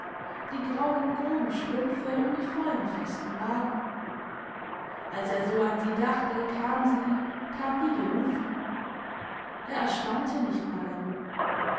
die grauen groben strümpfe um die vollen festen waden als er so an sie dachte kam sie kam wie gerufen er erstaunte nicht mal darüber